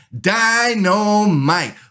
Dynamite